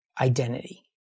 identity